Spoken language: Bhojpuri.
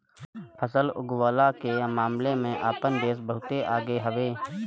फसल उगवला के मामला में आपन देश बहुते आगे हवे